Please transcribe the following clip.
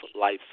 life